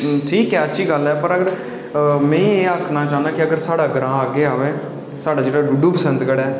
ठीक ऐ अच्छी गल्ल ऐ पर में एह् आखना चाह्न्ना कि अगर साढ़ा ग्रांऽ अग्गै आवै साढ़ा जेह्ड़ा डूड्डू बसंत गढ़ ऐ